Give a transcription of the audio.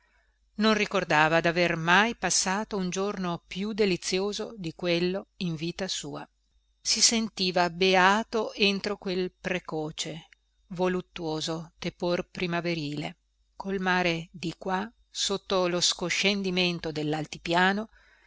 non ricordava daver mai passato un giorno più delizioso di quello in vita sua si sentiva beato entro quel precoce voluttuoso tepor primaverile col mare di qua sotto lo scoscendimento dellaltipiano